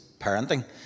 parenting